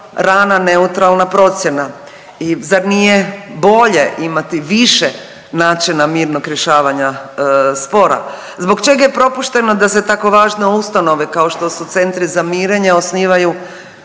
rana neutralna procjena i zar nije bolje imati više načina mirnog rješavanja spora? Zbog čega je propušteno da se tako važne ustanove kao što su centri za mirenje osnivaju